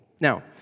Now